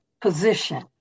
position